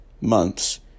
months